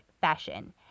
fashion